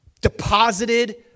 deposited